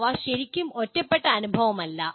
അവ ശരിക്കും ഒറ്റപ്പെട്ട അനുഭവമല്ല